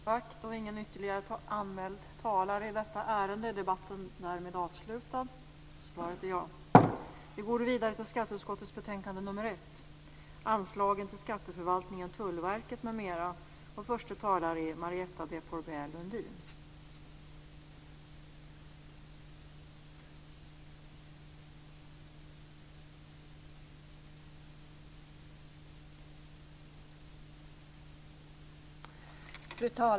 Fru talman!